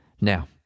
Now